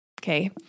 Okay